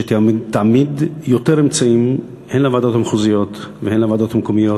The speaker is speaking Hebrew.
שתעמיד יותר אמצעים הן לוועדות המחוזיות והן לוועדות המקומיות.